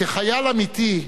"כחייל אמיתי",